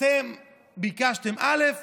אתם ביקשתם א'